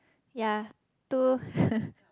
yea two